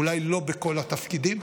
אולי לא בכל התפקידים,